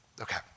Okay